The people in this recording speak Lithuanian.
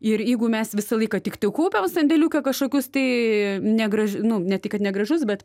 ir jeigu mes visą laiką tiktai kaupiam sandėliuke kažkokius tai negrąž nu ne tai kad negražus bet